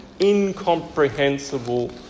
incomprehensible